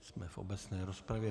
Jsme v obecné rozpravě.